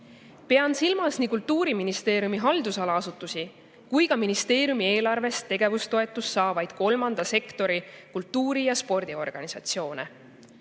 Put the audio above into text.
Pean silmas nii Kultuuriministeeriumi haldusala asutusi kui ka ministeeriumi eelarvest tegevustoetust saavaid kolmanda sektori kultuuri- ja spordiorganisatsioone.